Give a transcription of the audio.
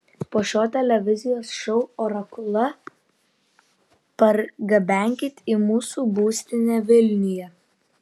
po šio televizijos šou orakulą pargabenkit į mūsų būstinę vilniuje